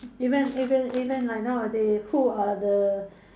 even even even like nowadays who are the